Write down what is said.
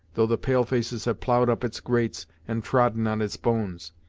though the pale-faces have ploughed up its grates, and trodden on its bones?